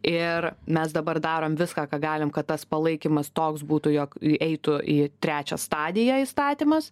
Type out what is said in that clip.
ir mes dabar darom viską ką galim kad tas palaikymas toks būtų jog eitų į trečią stadiją įstatymas